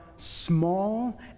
Small